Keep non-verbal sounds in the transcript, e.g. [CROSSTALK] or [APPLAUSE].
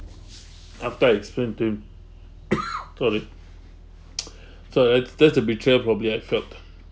after I explained to him [COUGHS] sorry [NOISE] so that's that's the betrayal probably I felt